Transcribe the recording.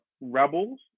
rebels